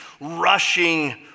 rushing